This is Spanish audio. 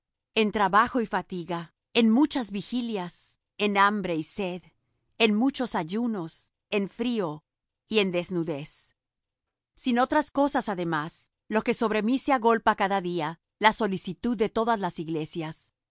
en trabajo y fatiga en muchas vigilias en hambre y sed en muchos ayunos en frío y en desnudez sin otras cosas además lo que sobre mí se agolpa cada día la solicitud de todas las iglesias